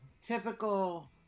typical